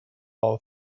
all